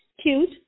cute